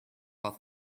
off